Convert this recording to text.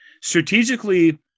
strategically